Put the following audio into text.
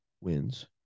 wins